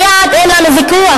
על היעד אין לנו ויכוח,